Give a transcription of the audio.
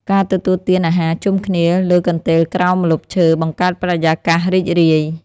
ការទទួលទានអាហារជុំគ្នាលើកន្ទេលក្រោមម្លប់ឈើ បង្កើតបរិយាកាសរីករាយ។